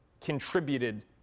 contributed